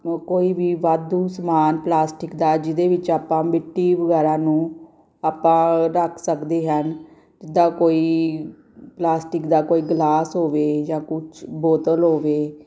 ਕੋਈ ਵੀ ਵਾਧੂ ਸਮਾਨ ਪਲਾਸਟਿਕ ਦਾ ਜਿਹਦੇ ਵਿੱਚ ਆਪਾਂ ਮਿੱਟੀ ਵਗੈਰਾ ਨੂੰ ਆਪਾਂ ਰੱਖ ਸਕਦੇ ਹਨ ਜਿੱਦਾਂ ਕੋਈ ਪਲਾਸਟਿਕ ਦਾ ਕੋਈ ਗਲਾਸ ਹੋਵੇ ਜਾਂ ਕੁਛ ਬੋਤਲ ਹੋਵੇ